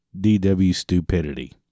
dwstupidity